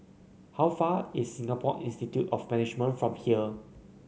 how far is Singapore Institute of Management from here